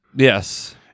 Yes